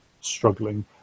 struggling